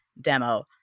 demo